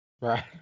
Right